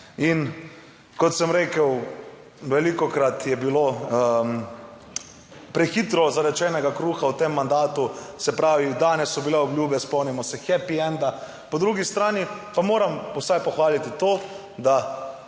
In kot sem rekel, velikokrat je bilo prehitro zarečenega kruha v tem mandatu. Se pravi, danes so bile obljube, spomnimo se happy enda. Po drugi strani pa moram vsaj pohvaliti to, da